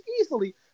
easily